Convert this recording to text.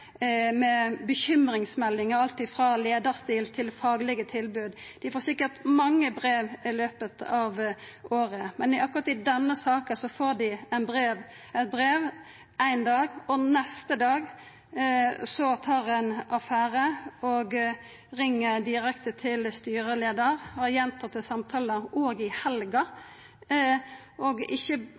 med bekymringsmeldingar om alt frå leiarstil til faglege tilbod. Dei får sikkert mange brev i løpet av året, men i akkurat denne saka får dei eit brev éin dag, og neste dag tar ein affære og ringjer direkte til styreleiaren, med gjentatte samtalar også i helga – ikkje